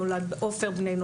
נולד עופר בנינו